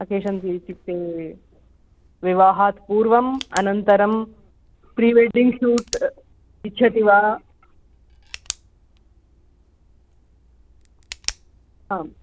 occasions इत्युक्ते विवाहात् पूर्वम् अनन्तरम् प्रीवेड्डिङ्ग् शूट् इच्छति वा आम्